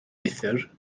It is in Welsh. neithiwr